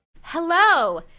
Hello